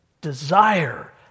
Desire